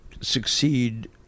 succeed